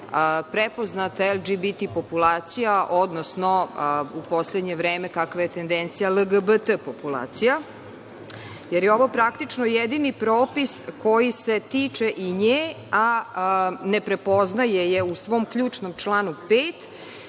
prepoznata LGBT populacija, odnosno, u poslednje vreme kakva je tendencija LGBT populacija, jer je ovo praktično jedini propis koji se tiče i nje, a ne prepoznaje je u svoj ključnom članu 5.